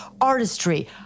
artistry